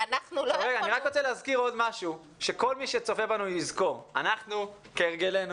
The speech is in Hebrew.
מי שצופה בנו יזכור, אנחנו כהרגלנו